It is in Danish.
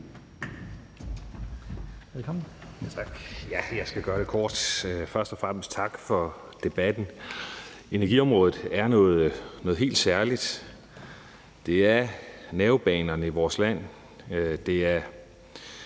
Jeg skal gøre det kort. Først og fremmest tak for debatten. Energiområdet er noget helt særligt. Det er nervebanerne i vores land.